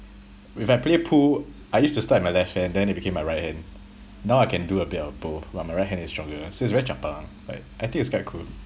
with I play pool I used to start with my left hand then it became my right hand now I can do a bit of both but my right hand is stronger so it's very chapalang like I think it's quite cool